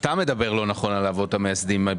אתה מדבר לא נכון על האבות המייסדים,